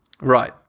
right